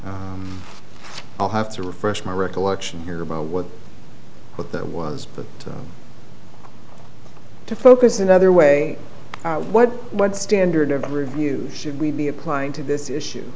t i'll have to refresh my recollection here about what but that was put to focus another way what what standard of review should we be applying to this issue